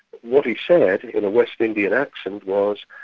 what he said, in a west indian accent was,